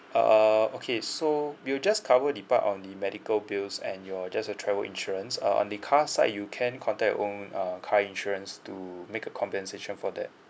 uh okay so we'll just cover the part on the medical bills and your just the travel insurance uh on the car side you can contact your own uh car insurance to make a compensation for that